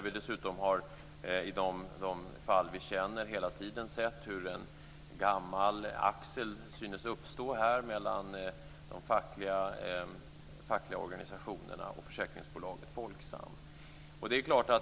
I de fall vi känner till har vi ju hela tiden sett hur en gammal axel synes uppstå mellan de fackliga organisationerna och försäkringsbolaget Folksam.